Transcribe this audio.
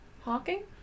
hawking